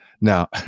Now